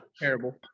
terrible